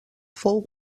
fou